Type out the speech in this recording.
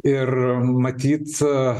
ir matyt